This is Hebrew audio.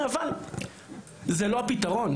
אבל זה לא הפתרון.